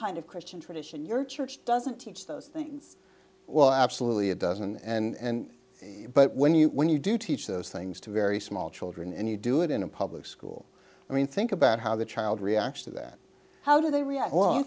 kind of christian tradition your church doesn't teach those things well absolutely it doesn't and but when you when you do teach those things to very small children and you do it in a public school i mean think about how the child reaction to that how do they react